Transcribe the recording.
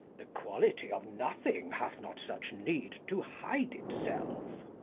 the quality of nothing hath not such need to hide itself.